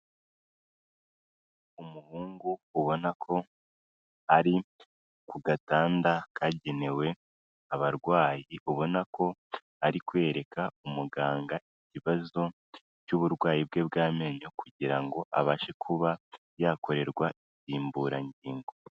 Umuhungu ubona ko ari ku gatanda kagenewe abarwayi, ubona ko ari kwereka umuganga ikibazo cy'uburwayi bwe bw'amenyo, kugira ngo abashe kuba yakorerwa insimburangingo.